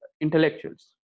intellectuals